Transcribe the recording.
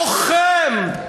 לוחם,